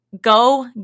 go